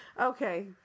Okay